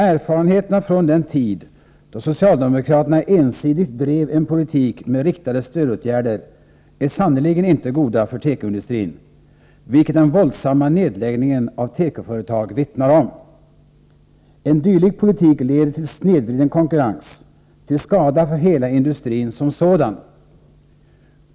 Erfarenheterna från den tid då socialdemokraterna ensidigt drev en politik med riktade stödåtgärder är sannerligen inte goda för tekoindustrin, vilket den våldsamma nedläggningen av tekoföretag vittnar om. En dylik politik leder till snedvriden konkurrens till skada för hela industrin som sådan.